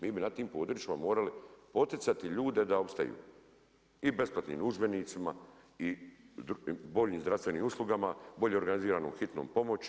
Mi bi na tim područjima morali poticati ljude da opstaju i besplatnim udžbenicima i boljim zdravstvenim uslugama, bolje organiziranom hitnom pomoći.